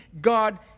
God